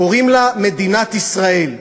קוראים לה מדינת ישראל,